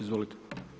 Izvolite.